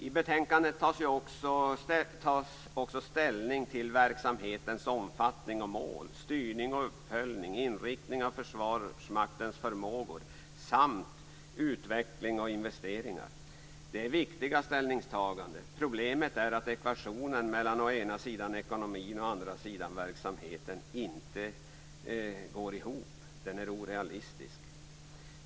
I betänkandet tas också ställning till verksamhetens omfattning och mål, styrning och uppföljning, inriktningen av Försvarsmaktens förmågor samt utveckling och investeringar. Det är viktiga ställningstaganden; problemet är att ekvationen mellan å ena sidan ekonomin och å andra sidan verksamheten inte går ihop. Den är orealistisk.